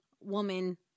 woman